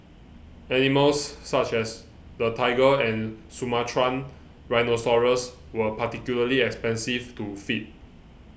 animals such as the tiger and Sumatran rhinoceros were particularly expensive to feed